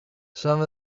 some